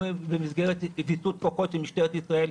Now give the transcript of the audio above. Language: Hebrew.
גם במסגרת ויסות כוחות עם משטרת ישראל,